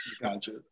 Gotcha